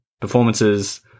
Performances